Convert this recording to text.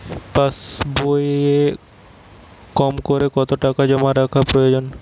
পাশবইয়ে কমকরে কত টাকা জমা রাখা প্রয়োজন?